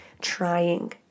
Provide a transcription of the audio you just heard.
trying